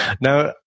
Now